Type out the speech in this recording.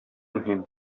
мөһим